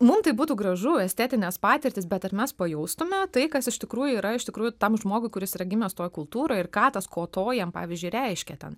mum tai būtų gražu estetinės patirtys bet ar mes pajustume tai kas iš tikrųjų yra iš tikrųjų tam žmogui kuris yra gimęs toj kultūroj ir ką tas koto jam pavyzdžiui reiškia ten